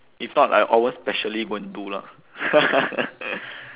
if not I always specially go and do lah